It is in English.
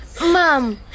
Mom